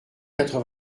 quatre